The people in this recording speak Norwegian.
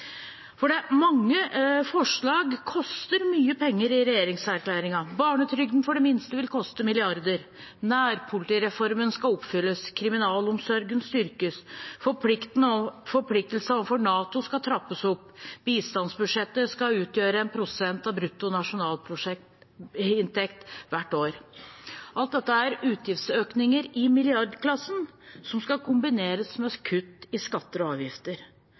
jo ikke sammen. Mange forslag i regjeringserklæringen koster mye penger. Barnetrygden for de minste vil koste milliarder, nærpolitireformen skal oppfylles, kriminalomsorgen skal styrkes, forpliktelsene overfor NATO skal trappes opp, bistandsbudsjettet skal utgjøre 1 pst. av brutto nasjonalinntekt hvert år. Alt dette er utgiftsøkninger i milliardkronersklassen, som skal kombineres med kutt i skatter og avgifter.